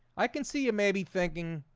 i can see you may be thinking